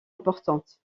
importantes